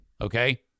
Okay